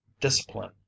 discipline